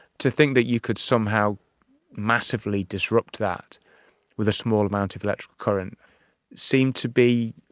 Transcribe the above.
to think that you could somehow massively disrupt that with a small amount of electrical current seemed to be,